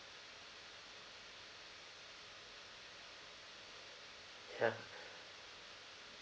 ya